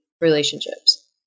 relationships